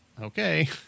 Okay